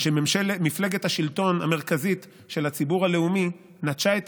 שמפלגת השלטון המרכזית של הציבור הלאומי נטשה את